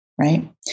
right